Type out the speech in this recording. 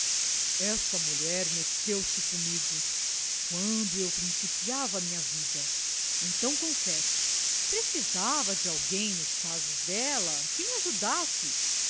esta mulher meteu-se comigo quando eu principiava minha vida então confesso precisava de alguém nos casos dela que me ajudasse